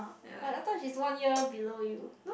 but I thought she is one year below you